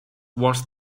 was